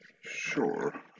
Sure